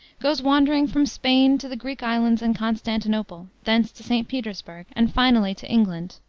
goes wandering from spain to the greek islands and constantinople, thence to st. petersburg, and finally to england.